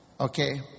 Okay